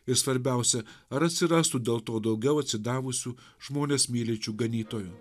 ir svarbiausia ar atsirastų dėl to daugiau atsidavusių žmones mylinčių ganytojų